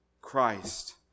Christ